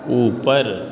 ऊपर